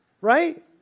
Right